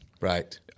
Right